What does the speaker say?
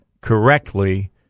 correctly